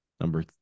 Number